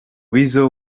weasel